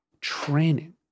training